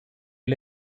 you